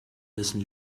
dessen